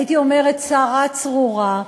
הייתי אומרת צרה צרורה,